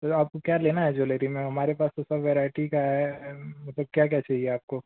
फिर आपको क्या लेना है ज्वेलरी में हमारे पास तो सब वेराइटी का है मतलब क्या क्या चाहिए आपको